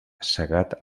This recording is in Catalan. cegat